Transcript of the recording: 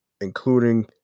including